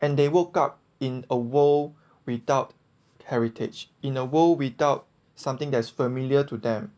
and they woke up in a world without heritage in a world without something that's familiar to them